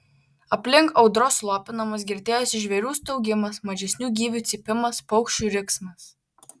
aplink audros slopinamas girdėjosi žvėrių staugimas mažesnių gyvių cypimas paukščių riksmas